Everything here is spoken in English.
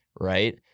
right